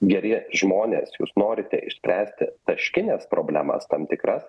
geri žmonės jūs norite išspręsti taškines problemas tam tikras